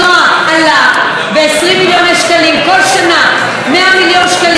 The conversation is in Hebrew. כל שנה 100 מיליון שקלים זה הרבה כסף לקולנוע הישראלי.